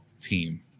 team